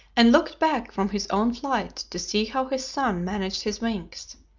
and looked back from his own flight to see how his son managed his wings.